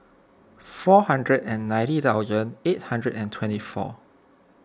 four hundred and ninety thousand eight hundred and twenty four